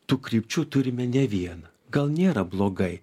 tų krypčių turime ne vieną gal nėra blogai